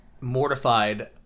mortified